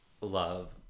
love